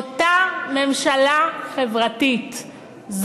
אותה ממשלה חברתית,